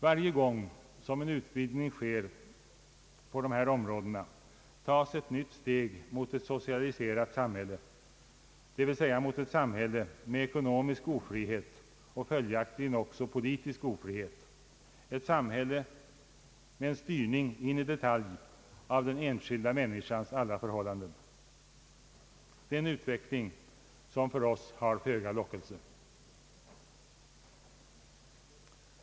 Varje gång som en utvidgning sker på dessa områden tas ett nytt steg mot ett socialiserat samhälle, d.v.s. mot ett samhälle med ekonomisk ofrihet och följaktligen också politisk ofrihet, ett samhälle med en styrning in i detalj av den enskilda människans alla förhållanden. Det är en utveckling som för oss har föga lockelse.